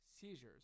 seizures